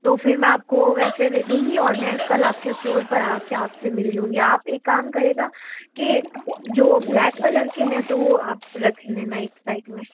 तो फिर मैं आपको वैसे दे दूँगी और मैं कल आपके स्टोर पर आके आपसे मिल लूँगी आप एक काम करेगा के जो ब्लैक कलर के हैं तो वो आप रख लेना एक साइड में